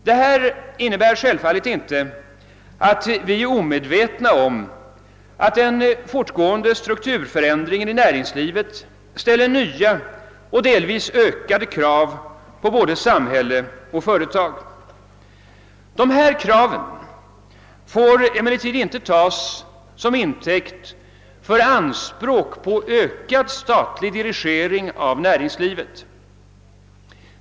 Detta innebär självfallet inte att vi är omedvetna om att den fortgående strukturförändringen i = näringslivet ställer nya och delvis ökade krav på både samhälle och företag. Dessa krav får emellertid inte tas som intäkt för anspråk på ökad statlig dirigering av näringslivet.